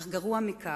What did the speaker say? אך גרוע מזה,